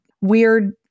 weird